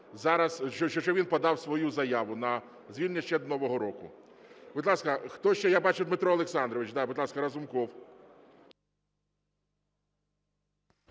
що він подав свою заяву на звільнення ще до нового року. Будь ласка, хто ще? Я бачу, Дмитро Олександрович, будь ласка, Разумков.